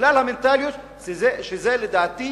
בגלל המנטליות, שזה לדעתי